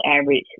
average